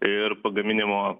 ir pagaminimo